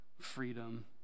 freedom